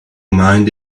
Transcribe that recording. mind